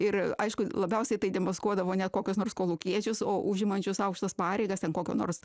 ir aišku labiausiai tai demaskuodavo ne kokius nors kolūkiečius o užimančius aukštas pareigas ten kokio nors